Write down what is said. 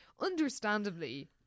Understandably